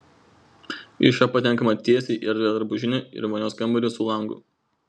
iš jo patenkama tiesiai į erdvią drabužinę ir vonios kambarį su langu